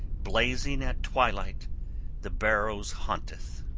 blazing at twilight the barrows haunteth,